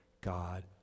God